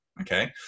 okay